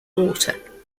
water